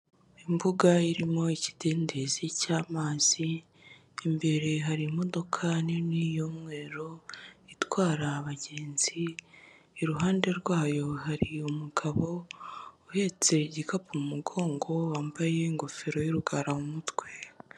Imbuga irimo ikidendezi cy'amazi imbere hari imodoka nini y'umweru itwara abagenzi, iruhande rwayo hari umugabo uhetse igikapu mu mugongo wambaye ingofero y'urugara mu mutwe.